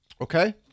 Okay